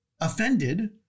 offended